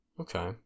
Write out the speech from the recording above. Okay